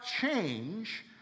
change